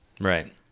Right